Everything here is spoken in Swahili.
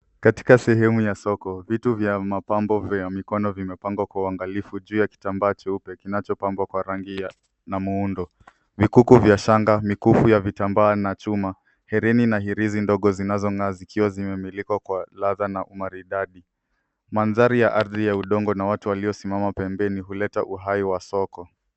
Katika sehemu ya soko, vitu vya mapambo vya mikono vimepangwa kwa uangalifu juu ya kitambaa cheupe kinachopambwa kwa rangi na muundo. Vikuku vya shanga, mikufu ya vitambaa yana chuma. Herini na hirizi ndogo zinazongaa zikiwa zimemilikwa kwa ladha na umaridadi. Mandhari ya ardhi ya udongo na watu waliosimama pembeni huleta uhai wa soko.